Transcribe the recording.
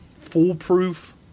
foolproof